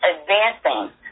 advancing